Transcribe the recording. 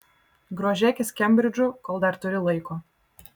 grožėkis kembridžu kol dar turi laiko